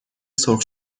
سرخ